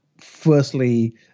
firstly